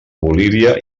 bolívia